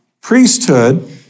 Priesthood